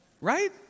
Right